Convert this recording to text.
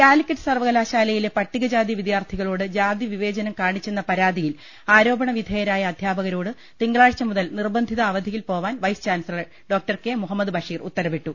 കാലിക്കറ്റ് സർവകലാശാലയിലെ പട്ടികജാതി വിദ്യാർഥികളോട് ജാതിവിവേചനം ക്യാണിച്ചെന്ന പരാതിയിൽ ആരോപണ വിധേയരായ അധ്യാപകരോട് തിങ്കളാഴ്ച മുതൽ നിർബന്ധിത അവധിയിൽ പോവാൻ vice chancellor doctor K Muhammad Basheer ഉത്തരവിട്ടു